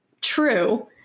true